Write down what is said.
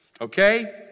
Okay